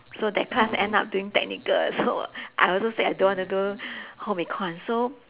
so that class end up doing technical so I also said I don't want to do home econs so